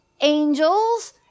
Angels